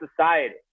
society